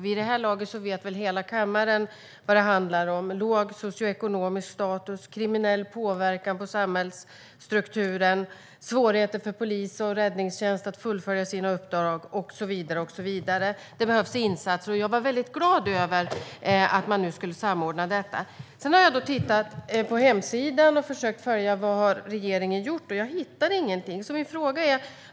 Vid det här laget vet väl hela kammaren vad det handlar om: låg socioekonomisk status, kriminell påverkan på samhällsstrukturen, svårigheter för polis och räddningstjänst att fullfölja sina uppdrag och så vidare. Det behövs insatser. Jag var väldigt glad över att man nu skulle samordna detta. Sedan har jag tittat på hemsidan och försökt följa vad regeringen har gjort. Jag hittade ingenting.